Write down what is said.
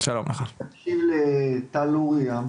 להקשיב לטל לוריא,